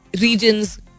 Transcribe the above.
regions